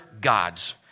gods